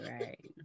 right